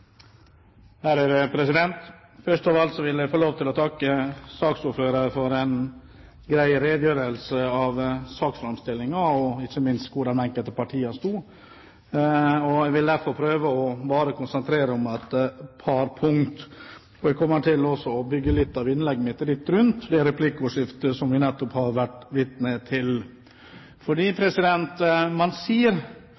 Først av alt vil jeg få lov til å takke saksordføreren for en grei redegjørelse om saken, og ikke minst om hvor de enkelte partiene står. Jeg vil derfor prøve å konsentrere meg om bare et par punkter, og jeg kommer også til å bygge litt av innlegget mitt rundt det replikkordskiftet som vi nettopp har vært vitne til.